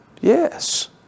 Yes